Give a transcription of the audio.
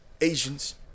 Asians